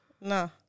No